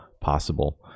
possible